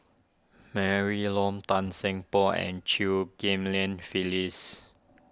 Mary Loan Tan Seng Poh and Chew Ghim Lian Phyllis